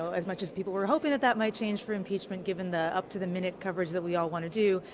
so as much as people were hoping that that my change for impeachment, given the up-to-the-minute coverage that we all want to do,